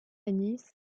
nice